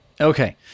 Okay